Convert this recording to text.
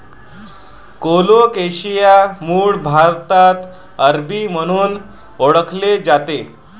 colocasia मूळ भारतात अरबी म्हणून ओळखले जाते